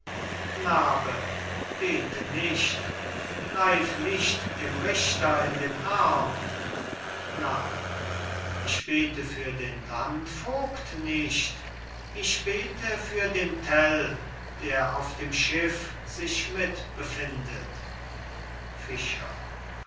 knabe bete nicht greif nicht dem richter in den arm knabe ich bete für den landvogt nicht ich bete für den tell der auf dem schiff sich mit befindet fischer